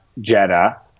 Jetta